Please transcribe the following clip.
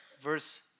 verse